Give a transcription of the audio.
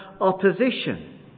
opposition